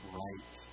right